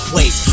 Wait